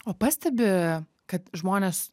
o pastebi kad žmonės